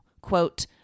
quote